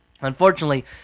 Unfortunately